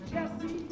Jesse